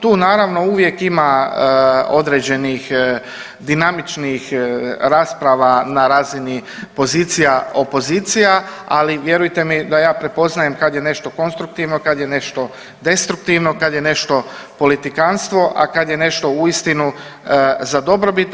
Tu naravno uvijek ima određenih dinamičnih rasprava na razini pozicija opozicija, ali vjerujte mi da ja prepoznajem kad je nešto konstruktivno, kad je nešto destruktivno, kad je nešto politikantstvo, a kad je nešto uistinu za dobrobit.